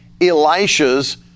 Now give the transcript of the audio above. Elisha's